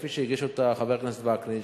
כפי שהגיש אותה חבר הכנסת וקנין,